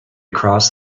cross